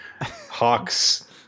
Hawks